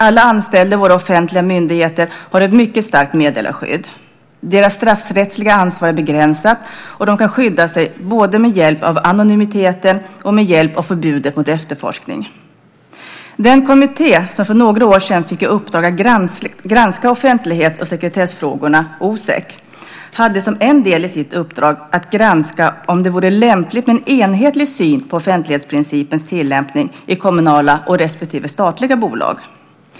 Alla anställda i våra offentliga myndigheter har ett mycket starkt meddelarskydd. Deras straffrättsliga ansvar är begränsat, och de kan skydda sig både med hjälp av anonymiteten och med hjälp av förbudet mot efterforskning. Den kommitté som för några år sedan fick i uppdrag att granska offentlighets och sekretessfrågorna, Osek, hade som en del i sitt uppdrag att granska om det vore lämpligt med en enhetlig syn på offentlighetsprincipens tillämpning i kommunala respektive statliga bolag.